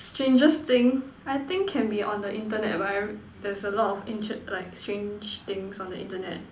strangest thing I think can be on the internet but I r~ there is a lot of interest like strange things on the internet